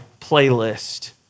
playlist